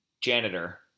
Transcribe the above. Janitor